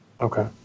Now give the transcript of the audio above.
Okay